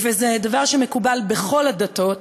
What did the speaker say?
וזה דבר שמקובל בכל הדתות